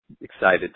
excited